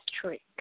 trick